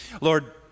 Lord